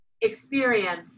experience